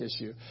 issue